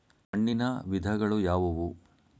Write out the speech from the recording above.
ಮಣ್ಣಿನ ವಿಧಗಳು ಯಾವುವು?